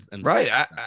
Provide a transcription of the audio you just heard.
Right